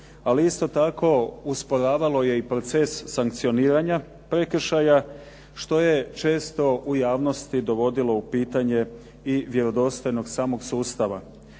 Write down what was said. Ali isto tako usporavalo je proces sankcioniranja prekršaja što je često u javnosti dovodilo u pitanje i vjerodostojnost samog sustava.